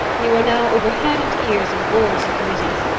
you are now over head and ears in boards and committees,